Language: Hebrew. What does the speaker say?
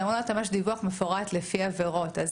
זה אמור להיות ממש דיווח מפורט לפי עבירות.